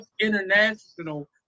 international